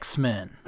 X-Men